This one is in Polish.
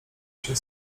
się